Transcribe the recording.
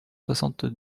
soixante